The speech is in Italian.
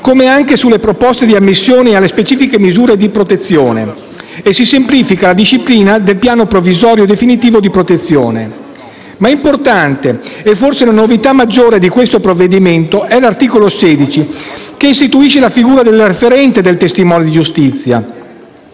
merito alle proposte di ammissione alle specifiche misure di protezione. Si semplifica inoltre la disciplina del piano provvisorio e definitivo di protezione. Importante e forse la novità maggiore di questo provvedimento è l'articolo 16 che istituisce la figura del referente del testimone di giustizia: